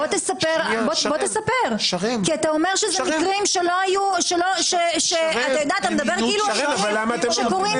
אתה מדבר על זה כאילו אלה מקרים שקורים